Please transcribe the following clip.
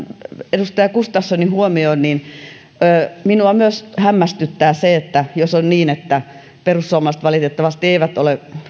edustaja gustafssonin huomioon niin myös minua hämmästyttää se jos on niin että perussuomalaiset valitettavasti eivät ole